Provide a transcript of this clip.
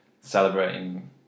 celebrating